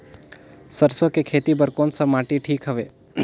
सरसो के खेती बार कोन सा माटी ठीक हवे?